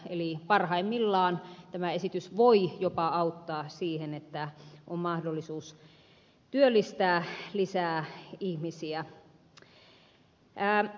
eli parhaimmillaan tämä esitys voi jopa auttaa siihen että on mahdollisuus työllistää lisää ihmisiä